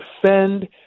defend